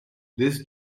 this